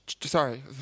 Sorry